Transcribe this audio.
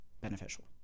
beneficial